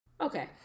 Okay